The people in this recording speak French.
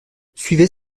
suivez